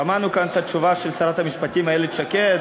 שמענו כאן את התשובה של שרת המשפטים איילת שקד